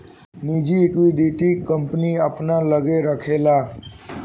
निजी equity, company अपना लग्गे राखेला